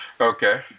Okay